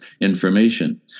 information